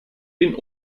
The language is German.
den